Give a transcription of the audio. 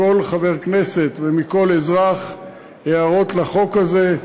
מכל חבר כנסת ומכל אזרח הערות על החוק הזה,